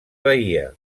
bahia